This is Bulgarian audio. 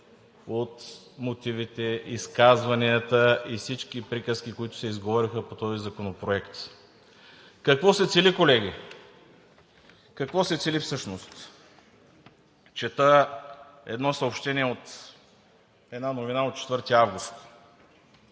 от мотивите, изказванията и всички приказки, които се изговориха по този законопроект. Какво се цели, колеги – какво се цели, всъщност? Чета едно съобщение от новина от 4 август: